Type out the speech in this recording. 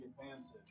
advances